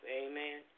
amen